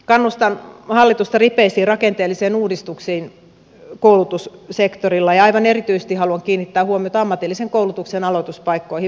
kannustan hallitusta ripeisiin rakenteellisiin uudistuksiin koulutussektorilla ja aivan erityisesti haluan kiinnittää huomiota ammatillisen koulutuksen aloituspaikkoihin